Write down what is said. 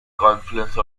confluence